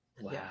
wow